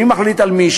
מי מחליט על מי?